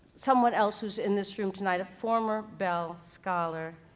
someone else who's in this room tonight, a former bell scholar,